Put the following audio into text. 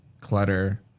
clutter